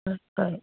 হয় হয়